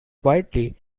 widely